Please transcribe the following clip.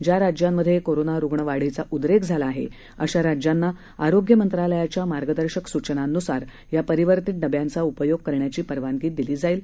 ज्या राज्यांमधे कोरोना रुग्ण वाढीचा उद्रेक झाला आहे अशा राज्यांना आरोग्य मंत्रालयाच्या मार्गदर्शक सुचनांनुसार या परिवर्तीत डब्यांचा उपयोग करण्याची परवानगी दिली जाईल